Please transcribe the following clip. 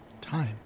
Time